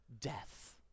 death